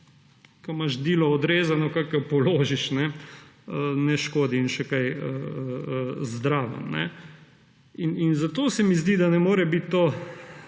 ko imaš dilo odrezano, kako jo položiti. Ne škodi in še kaj zraven. Zato se mi zdi, da ne more biti to